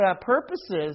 purposes